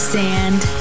sand